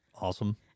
awesome